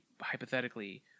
hypothetically